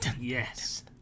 Yes